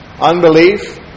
unbelief